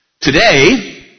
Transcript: Today